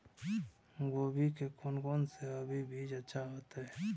गोभी के कोन से अभी बीज अच्छा होते?